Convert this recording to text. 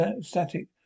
static